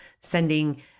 sending